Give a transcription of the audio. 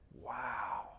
wow